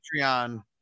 patreon